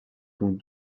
dont